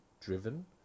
driven